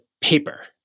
paper